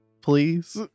please